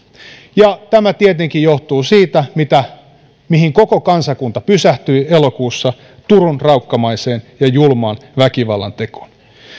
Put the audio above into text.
tämä tietenkin johtuu siitä mihin koko kansakunta pysähtyi elokuussa turun raukkamaiseen ja julmaan väkivallantekoon